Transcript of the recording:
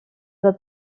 were